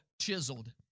chiseled